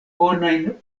bonajn